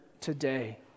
today